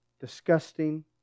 Disgusting